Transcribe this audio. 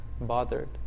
bothered